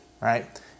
right